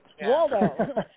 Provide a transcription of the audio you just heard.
Waldo